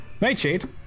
Nightshade